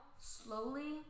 slowly